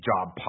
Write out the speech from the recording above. job